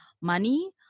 money